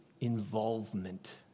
involvement